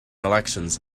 elections